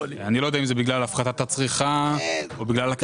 אני לא יודע אם זה בגלל הפחתת הצריכה או בגלל הקטנת הצריכה.